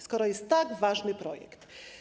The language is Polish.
Skoro jest tak ważny projekt.